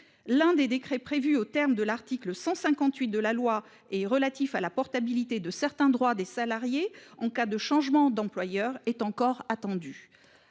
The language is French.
L'un des décrets prévu au terme de l'article 158 de la loi est relatif à la portabilité de certains droits des salariés en cas de changement d'employeur est encore attendu